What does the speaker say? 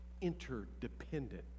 interdependent